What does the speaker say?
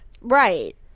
right